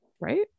Right